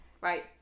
right